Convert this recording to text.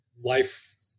life